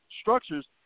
structures